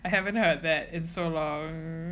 I haven't heard that in so long